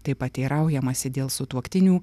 taip pat teiraujamasi dėl sutuoktinių